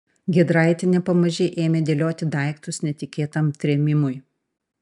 giedraitienė pamaži ėmė dėlioti daiktus netikėtam trėmimui